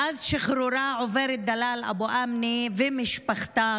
מאז שחרורה עוברים דלאל אבו אמנה ומשפחתה,